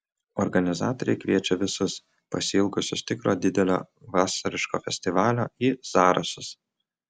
organizatoriai kviečia visus pasiilgusius tikro didelio vasariško festivalio į zarasus